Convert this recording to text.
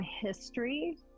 history